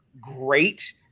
great